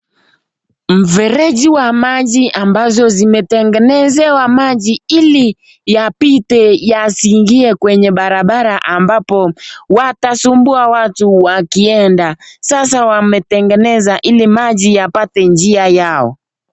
Mfereji wa maji ambazo zimetengenezewa maji, ili yapite yasiingie kwenye barabara, ambapo watasumbua watu wakienda. Sasa wametengeneza ili maji yapate njia yao.